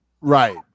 Right